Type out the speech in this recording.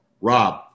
Rob